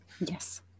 yes